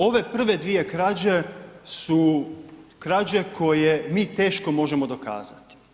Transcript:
Ove prve dvije krađe su krađe koje mi teško možemo dokazati.